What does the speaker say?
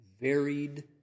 varied